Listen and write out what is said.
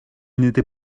n’était